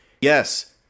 Yes